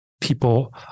people